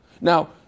Now